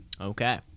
Okay